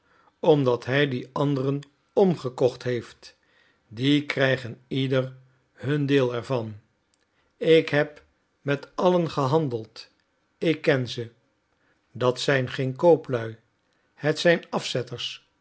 omdat hij die anderen omgekocht heeft die krijgen ieder hun deel er van ik heb met allen gehandeld ik ken ze dat zijn geen kooplui het zijn afzetters